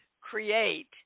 create